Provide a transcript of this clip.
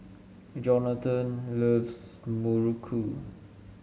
Johnathon loves Muruku